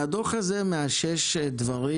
הדוח הזה מאשש דברים